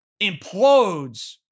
implodes